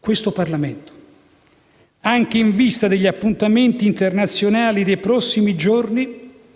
questo Parlamento, anche in vista degli appuntamenti internazionali dei prossimi giorni,